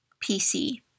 PC